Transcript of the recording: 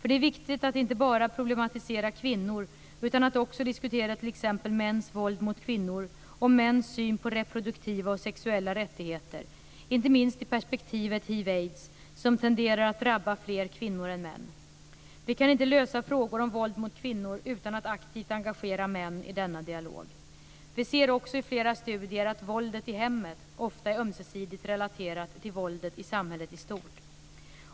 Det är viktigt att inte bara problematisera kvinnor utan att också diskutera t.ex. mäns våld mot kvinnor och mäns syn på reproduktiva och sexuella rättigheter, inte minst i perspektivet hiv/aids, som tenderar att drabba fler kvinnor än män. Vi kan inte lösa frågor om våld mot kvinnor utan att aktivt engagera män i denna dialog. Vi ser också i flera studier att våldet i hemmet ofta är ömsesidigt relaterat till våldet i samhället i stort.